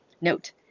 Note